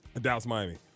Dallas-Miami